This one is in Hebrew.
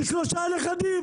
ושלושה נכדים,